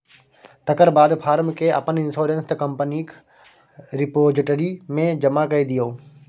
तकर बाद फार्म केँ अपन इंश्योरेंस कंपनीक रिपोजिटरी मे जमा कए दियौ